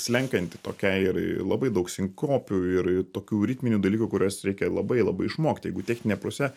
slenkanti tokiai ir labai daug sinkopių ir tokių ritminių dalykų kuriuos reikia labai labai išmokt jeigu technine puse